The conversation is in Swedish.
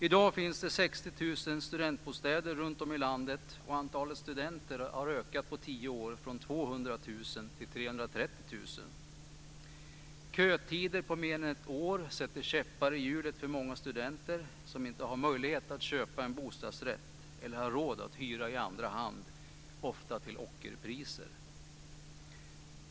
I dag finns det 60 000 studentbostäder runt om i landet, och antalet studenter har på tio år ökat från 200 000 till 330 000. Kötider på mer än ett år sätter käppar i hjulet för många studenter som inte har möjlighet att köpa en bostadsrätt eller har råd att hyra i andra hand, ofta till ockerpriser.